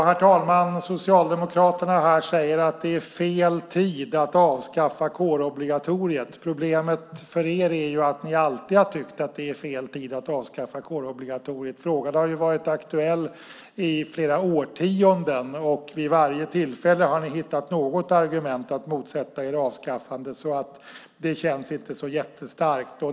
Herr talman! Socialdemokraterna säger att det är fel tid att avskaffa kårobligatoriet. Problemet för er är att ni alltid har tyckt att det är fel tid att avskaffa kårobligatoriet. Frågan har varit aktuell i flera årtionden. Vid varje tillfälle har ni hittat något argument att motsätta er avskaffandet. Det känns inte så starkt.